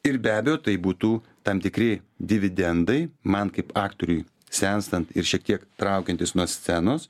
ir be abejo tai būtų tam tikri dividendai man kaip aktoriui senstant ir šiek tiek traukiantis nuo scenos